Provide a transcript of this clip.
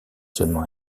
seulement